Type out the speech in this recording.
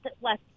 less